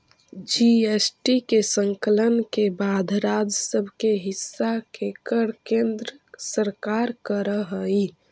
GST के संकलन के बाद राज्य सब के हिस्सा के कर केन्द्र सरकार कर हई